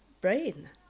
brain